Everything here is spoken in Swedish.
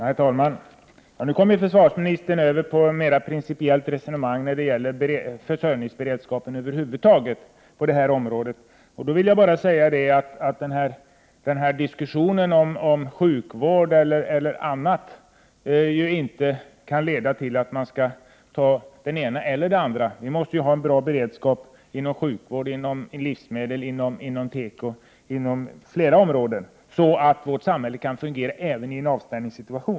Herr talman! Nu kommer försvarsministern in på ett mer principiellt resonemang när det gäller försörjningsberedskapen över huvud taget på detta område. Jag vill då bara säga att diskussionen om sjukvård å ena sidan och annan verksamhet å andra sidan inte kan leda till något beslut om att man skall ha det ena eller det andra. Vi måste ha en bra beredskap inom flera områden — sjukvård, livsmedel, teko osv. — så att vårt samhälle kan fungera även i en avspärrningssituation.